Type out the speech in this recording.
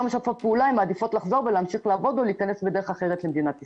הן מעדיפות לחזור ולהמשיך לעבוד או להיכנס בדרך אחרת למדינת ישראל.